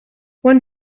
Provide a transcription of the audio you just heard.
one